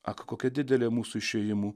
ak kokia didelė mūsų išėjimų